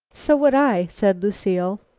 so would i, said lucile.